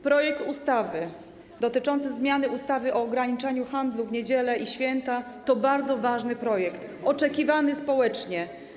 Projekt ustawy dotyczący zmiany ustawy o ograniczaniu handlu w niedziele i święta to bardzo ważny projekt, oczekiwany społecznie.